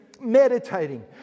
meditating